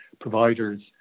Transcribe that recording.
providers